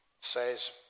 says